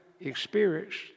experienced